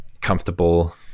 comfortable